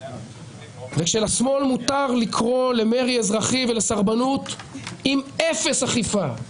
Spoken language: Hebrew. וכשלשמאל מותר לקרוא למרי אזרחי ולסרבנות עם אפס אכיפה,